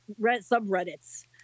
subreddits